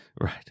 Right